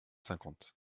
cinquante